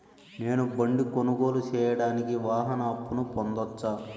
నేను బండి కొనుగోలు సేయడానికి వాహన అప్పును పొందవచ్చా?